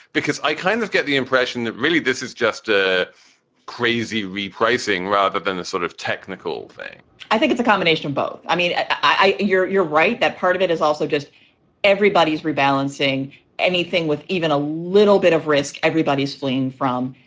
because i kind of get the impression that really this is just a crazy repricing rather than a sort of technical thing i think it's a combination of both. i mean, i you're you're right. that part of it is also just everybody's rebalancing anything with even a little bit of risk. everybody's fleeing from.